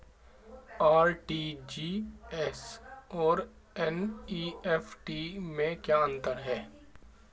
RTGS और NEFT में क्या अंतर है?